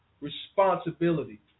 Responsibility